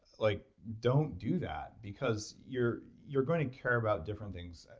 like don't do that because you're you're going to care about different things.